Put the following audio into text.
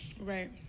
right